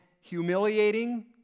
humiliating